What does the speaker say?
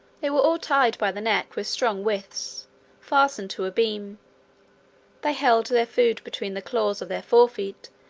they were all tied by the neck with strong withes fastened to a beam they held their food between the claws of their fore feet,